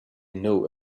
know